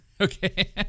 Okay